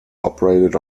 operated